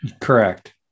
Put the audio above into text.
Correct